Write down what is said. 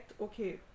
okay